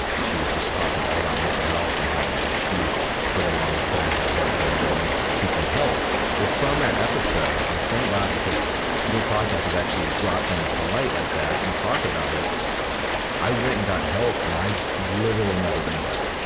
she was just talking all about mental health and how like she for the longest time had a hard time going and seeking help or from that episode, and thank god because your podcast has actually brought things to light like that and talk about it i went and got help and i literally never been better.